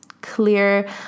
clear